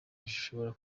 bishobora